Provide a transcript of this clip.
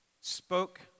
spoke